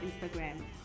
Instagram